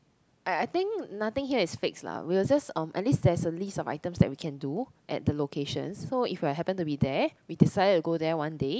I I think nothing here is fixed lah we will just um at least there's a list of items that we can do at the locations so if we're happen to be there we decided to go there one day